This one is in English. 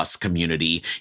community